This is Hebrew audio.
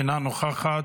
אינה נוכחת.